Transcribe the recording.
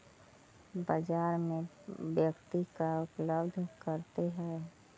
बाजार में व्यक्ति का उपलब्ध करते हैं?